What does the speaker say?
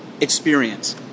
experience